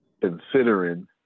Considering